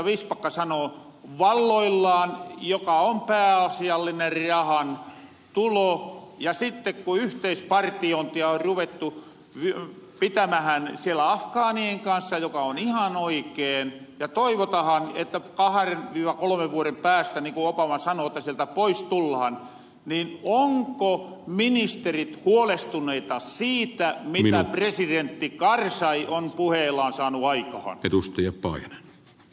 vistbacka sanoo valloillaan joka on pääasiallinen rahantulo ja sitten ku yhteispartiointia on ruvettu pitämähän siellä afgaanien kanssa joka on ihan oikeen ja toivotahan että kahren kolmen vuoden päästä niin ku obama sano että sieltä pois tullahan niin ovatko ministerit huolestuneita siitä mitä presidentti karzai on puheillaan saanu aikahan